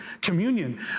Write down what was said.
communion